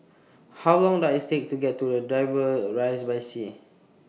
How Long Does IT Take to get to Dover Rise By Taxi